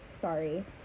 Sorry